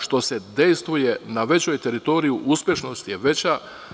Što se dejstvuje na većoj teritoriji, uspešnost je veća.